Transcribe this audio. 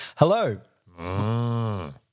Hello